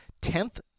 Tenth